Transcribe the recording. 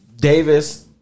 Davis